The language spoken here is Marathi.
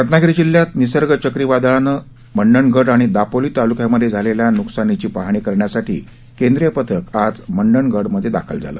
रत्नागिरी जिल्ह्यात निसर्ग चक्रीवादळानं मंडणगड आणि दापोली तालुक्यांमध्ये झालेल्या न्कसानीची पाहणी करण्यासाठी केंद्रीय पथक आज मंडणगडमध्ये दाखल झालं